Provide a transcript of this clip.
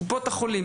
קופות החולים,